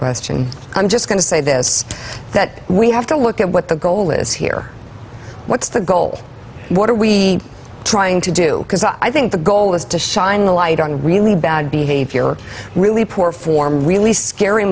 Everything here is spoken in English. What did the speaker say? question i'm just going to this that we have to look at what the goal is here what's the goal what are we trying to do because i think the goal is to shine the light on really bad behavior really poor form really scary